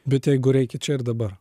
bet jeigu reikia čia ir dabar